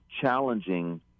challenging